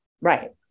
Right